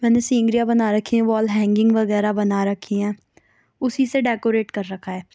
میں نے سینریاں بنا رکھی ہیں وال ہینگنگ وغیرہ بنا رکھی ہیں اُسی سے ڈیگوریٹ کر رکھا ہے